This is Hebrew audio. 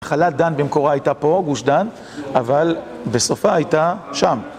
נחלת דן במקורה הייתה פה, גוש דן, אבל בסופה הייתה שם.